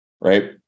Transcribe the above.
Right